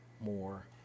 more